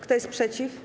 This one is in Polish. Kto jest przeciw?